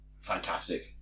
fantastic